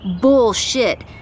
Bullshit